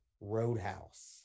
Roadhouse